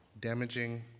damaging